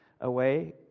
away